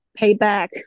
payback